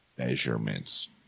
measurements